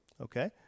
Okay